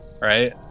right